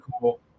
cool